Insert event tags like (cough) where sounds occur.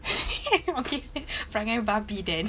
(laughs) okay perangai babi then